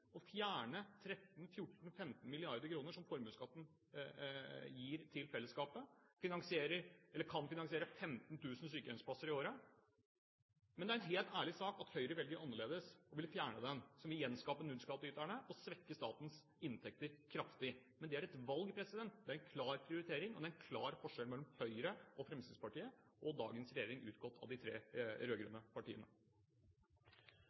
å fjerne 13–14–15 mrd. kr, som formuesskatten gir til fellesskapet, som kan finansiere 15 000 sykehjemsplasser i året. Men det er en helt ærlig sak at Høyre velger annerledes og vil fjerne den, som igjen skaper nullskatteytere og svekker statens inntekter kraftig. Men det er et valg. Det er en klar prioritering. Og det er en klar forskjell mellom Høyre og Fremskrittspartiet og dagens regjering utgått av de tre